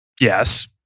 Yes